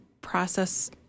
process